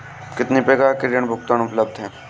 कितनी प्रकार के ऋण भुगतान उपलब्ध हैं?